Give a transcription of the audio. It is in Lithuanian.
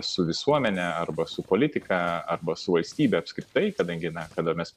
su visuomene arba su politika arba su valstybe apskritai kadangi na kada mes